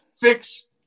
fix